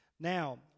Now